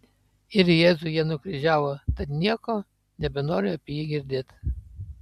ir jėzų jie nukryžiavo tad nieko nebenoriu apie jį girdėt